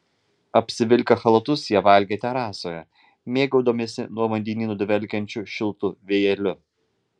apsivilkę chalatus jie valgė terasoje mėgaudamiesi nuo vandenyno dvelkiančiu šiltu vėjeliu